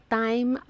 time